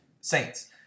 Saints